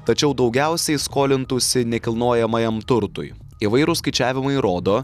tačiau daugiausiai skolintųsi nekilnojamajam turtui įvairūs skaičiavimai rodo